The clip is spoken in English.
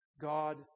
God